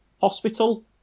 hospital